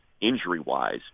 injury-wise